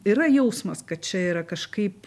yra jausmas kad čia yra kažkaip